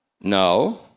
No